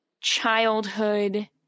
childhood